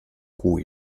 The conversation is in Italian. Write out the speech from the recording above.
cui